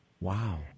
Wow